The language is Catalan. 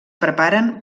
preparen